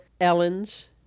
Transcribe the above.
Ellen's